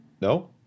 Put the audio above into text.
No